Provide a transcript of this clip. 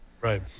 right